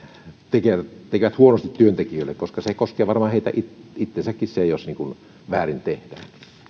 tekevät huonosti työntekijöille koska se koskee varmaan heitä itseäänkin jos väärin tehdään